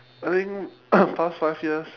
I think past five years